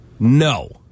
No